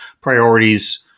Priorities